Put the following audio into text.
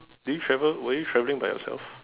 did travel were you travelling by yourself